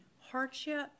Hardship